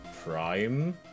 Prime